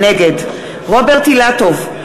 נגד רוברט אילטוב,